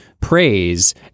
praise